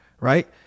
right